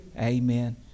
Amen